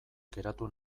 geratu